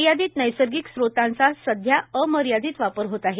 मर्यादित नैसर्गिक स्त्रोतांचा सध्याअमर्यादित वापर होत आहे